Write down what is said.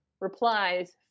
replies